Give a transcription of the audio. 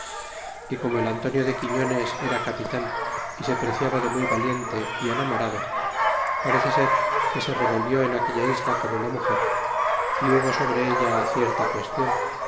y como el antonio de quiñones era capitan y se preciaba de muy valiente y enamorado parece ser que se revolvió en aquella isla con una rnuger é hubo sobre ella cierta qüestion